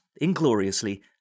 ingloriously